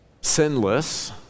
sinless